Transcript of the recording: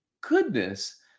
goodness